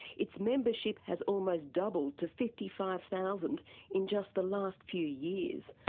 its membership has almost doubled to fifty five thousand in just the last few years,